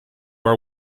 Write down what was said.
are